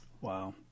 Wow